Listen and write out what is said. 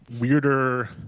weirder